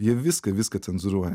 jie viską viską cenzūruoja